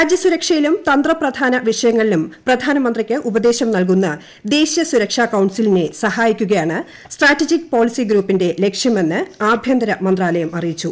രാജ്യ സുരക്ഷയിലും തന്ത്രപ്രധാന വിഷയങ്ങളിലും പ്രധാനമന്ത്രിക്ക് ഉപദേശം നൽകുന്ന ദേശീയ സുരക്ഷാ കൌൺസിലിനെ സഹായിക്കുകയാണ് സ്ട്രാറ്റജിക് പോളിസി ഗ്രൂപ്പിന്റെ ലക്ഷ്യമെന്ന് ട്ട് ആഭ്യന്തര മന്ത്രാലയം അറിയിച്ചു